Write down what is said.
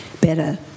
better